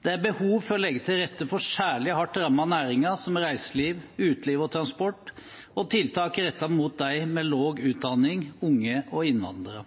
Det er behov for å legge til rette for særlig hardt rammede næringer, som reiseliv, uteliv og transport, og tiltak rettet mot dem med lav utdanning, unge og innvandrere.